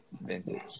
vintage